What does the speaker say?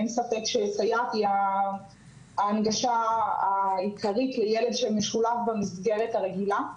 אין ספק שסייעת היא ההנגשה העיקרית לילד שמשולב במסגרת הרגילה.